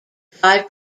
five